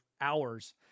hours